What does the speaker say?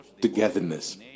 togetherness